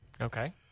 Okay